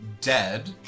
dead